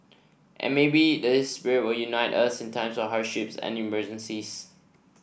and maybe this spirit will unite us in times of hardships and emergencies